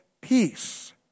peace